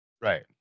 Right